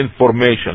information